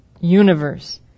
universe